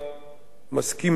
אני מסכים אתך בעניין הזה.